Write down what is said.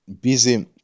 busy